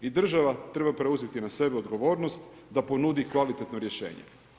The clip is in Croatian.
I država treba preuzeti na sebe odgovornost da ponudi kvalitetno rješenje.